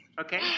okay